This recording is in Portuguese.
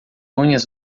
unhas